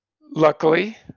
luckily